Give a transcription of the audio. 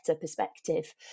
perspective